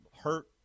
hurt